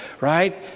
right